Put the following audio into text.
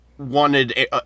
wanted